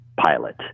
pilot